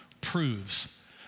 proves